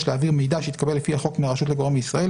יש להעביר מידע שהתקבל לפי החוק מהרשות לגורם בישראל,